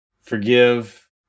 forgive